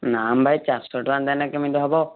ନା ଭାଇ ଚାରିଶହଟଙ୍କା ଦେନେ କେମିତି ହେବ